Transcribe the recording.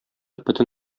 бөтен